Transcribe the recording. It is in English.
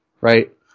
right